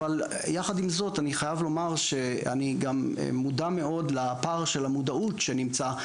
אבל יחד עם זאת אני חייב לומר שאני מודע מאוד לפער של המודעות שנמצא,